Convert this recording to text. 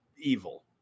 evil